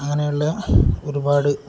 അങ്ങനെയുള്ള ഒരുപാട്